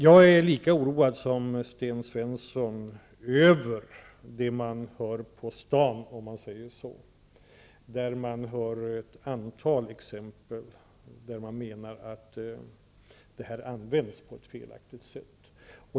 Jag är lika oroad som Sten Svensson över det som man så att säga hör på stan, dvs. att lönegarantin i flera fall används på ett felaktigt sätt.